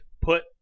put